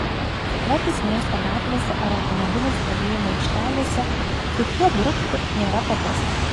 sukiotis miesto gatvėse ar automobilių stovėjimo aikštelėse su šiuo dručkiu nėra paprasta